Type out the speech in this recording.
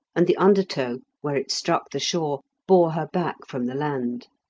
and the undertow, where it struck the shore, bore her back from the land.